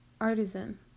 Artisan